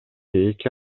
эки